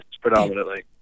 predominantly